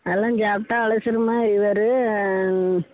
அதெல்லாம் சாப்பிட்டா அலசர் மாதிரி வரும்